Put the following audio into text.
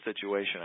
situation